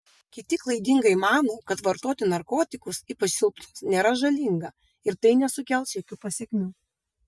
kiti klaidingai mano kad vartoti narkotikus ypač silpnus nėra žalinga ir tai nesukels jokių pasekmių